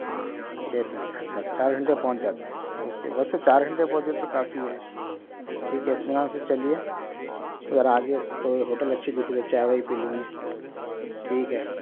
ہاں ڈیفنیٹلی اچھا چار گھنٹے میں پہنچ جاتے او کے بس سے چار گھنٹے میں پہنچے تو کافی ہے ٹھیک ہے اطمینان سے چلئے ذرا آگے کوئی ہوٹل اچھی دیکھئے ذرا چائے وائے پی لیں گے ٹھیک ہے